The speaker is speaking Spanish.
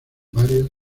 varias